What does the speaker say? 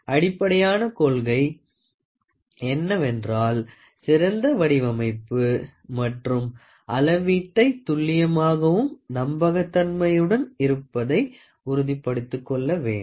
அடிப்படையான கொள்கை என்னவென்றால் சிறந்த வடிவமைப்பு மற்றும் அளவீட்டை துல்லியமாகவும் நம்பகத்தன்மையுடன் இருப்பதை உறுதிப்படுத்திக்கொள்ள வேண்டும்